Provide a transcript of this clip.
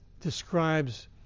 describes